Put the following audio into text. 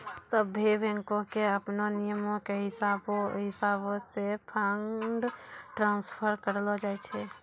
सभ्भे बैंको के अपनो नियमो के हिसाबैं से फंड ट्रांस्फर करलो जाय छै